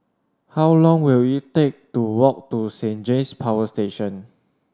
how long will it take to walk to Saint James Power Station